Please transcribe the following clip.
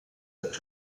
cette